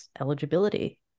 eligibility